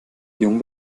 jung